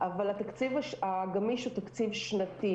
אבל התקציב הגמיש הוא תקציב שנתי.